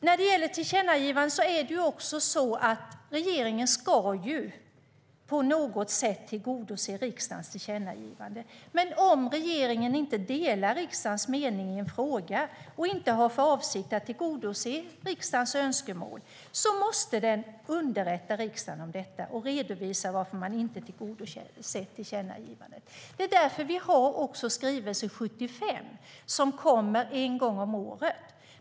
När det gäller tillkännagivanden ska regeringen tillgodose riksdagens tillkännagivanden på något sätt. Men om regeringen inte delar riksdagens mening i en fråga och inte har för avsikt att tillgodose riksdagens önskemål måste den underrätta riksdagen om detta och redovisa varför den inte tillgodoser tillkännagivandet. Vi har därför skrivelse 75, som kommer en gång om året.